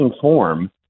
form